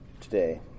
today